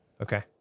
Okay